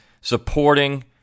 supporting